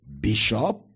Bishop